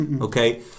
Okay